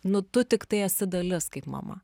nu tu tiktai esi dalis kaip mama